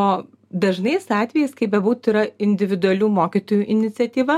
o dažnais atvejais kai bebūtų yra individualių mokytojų iniciatyva